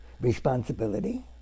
Responsibility